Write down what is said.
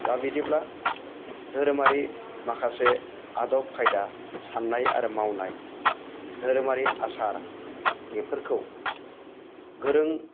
दा बिदिब्ला धोरोमारि माखासे आदब खायदा साननाय आरो मावनाय धोरोमारि आसार बेफोरखौ गोरों